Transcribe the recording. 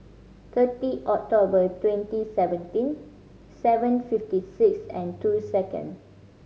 thirty October twenty seventeen seven fifty six and two second